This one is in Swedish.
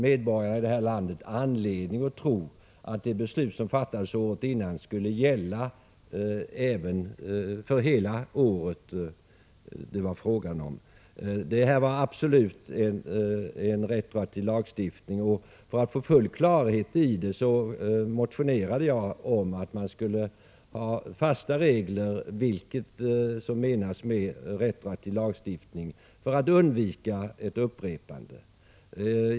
Medborgarna här i landet hade anledning att tro att det beslut som fattats året före skulle gälla för hela det år det var fråga om. Detta var absolut en retroaktiv lagstiftning. För att få full klarhet och för att undvika ett upprepande motionerade jag om att man skulle införa fasta regler för vad som menas med retroaktiv lagstiftning.